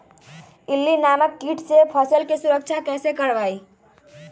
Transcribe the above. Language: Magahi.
इल्ली नामक किट से फसल के सुरक्षा कैसे करवाईं?